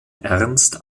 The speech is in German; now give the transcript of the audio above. ernst